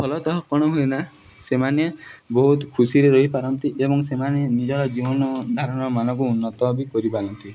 ଫଲତଃ କ'ଣ ହୁଏନା ସେମାନେ ବହୁତ ଖୁସିରେ ରହିପାରନ୍ତି ଏବଂ ସେମାନେ ନିଜର ଜୀବନ ଧାରଣର ମାନକୁ ଉନ୍ନତ ବି କରିପାରନ୍ତି